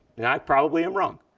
and i probably am wrong.